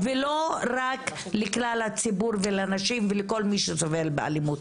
ולא רק לכלל הציבור ולנשים ולכל מי שסובל באלימות,